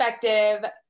perspective